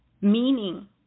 Meaning